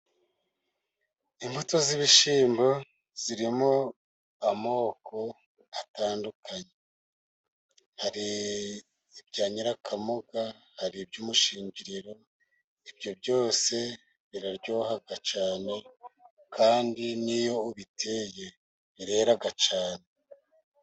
Imbuto z'ibishyimbo zirimo amoko atandukanye, hari ibya nyirakamuga, hari iby'umushingiriro, ibyo byose biraryoha cyane kandi n'iyo ubiteye birera cyane.